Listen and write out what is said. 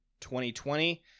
2020